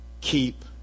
keep